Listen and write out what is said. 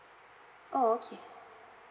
oh okay